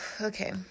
Okay